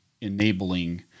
enabling